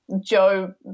Joe